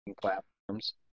platforms